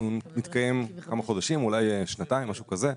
הוא מתקיים כמה חודשים, אולי שנתיים, משהו כזה,